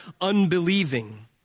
unbelieving